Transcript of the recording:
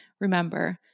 Remember